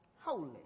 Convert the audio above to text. holy